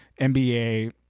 NBA